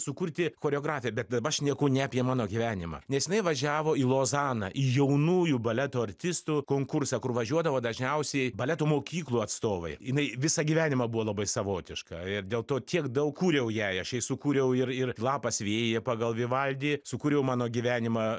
sukurti choreografiją bet daba šneku ne apie mano gyvenimą nes jinai važiavo į lozaną į jaunųjų baleto artistų konkursą kur važiuodavo dažniausiai baleto mokyklų atstovai jinai visą gyvenimą buvo labai savotiška ir dėl to tiek daug kūriau jei aš sukūriau ir ir lapas vėjyje pagal vivaldi sukūriau mano gyvenimą